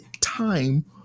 time